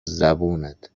زبونت